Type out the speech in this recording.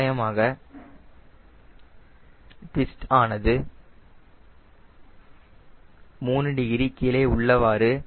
தோராயமாக டிவிஸ்ட் ஆனது 3 டிகிரி கீழே உள்ளவாறு